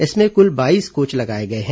इसमें कुल बाईस कोच लगाए गए हैं